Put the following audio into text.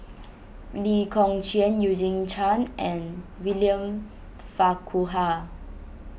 Lee Kong Chian Eugene Chen and William Farquhar